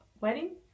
Wedding